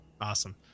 Awesome